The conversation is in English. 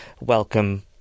welcome